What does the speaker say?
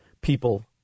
people